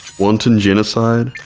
wanton genocide,